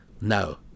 No